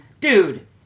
Dude